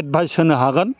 advice होनो हागोन